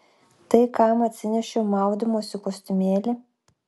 tai kam atsinešiau maudymosi kostiumėlį